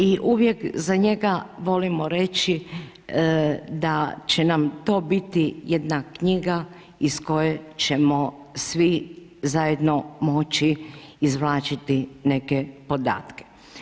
I uvijek za njega vodimo reći, da će nam to biti jedna knjiga iz koje ćemo svi zajedno moći izvlačiti neke podatke.